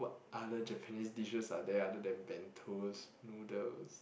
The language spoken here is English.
other Japanese dishes are there other than Bentos noodles